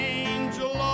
angel